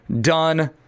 done